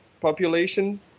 population